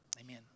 Amen